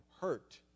hurt